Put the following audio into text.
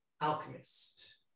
alchemist